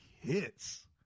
hits